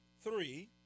three